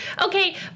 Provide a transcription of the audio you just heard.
Okay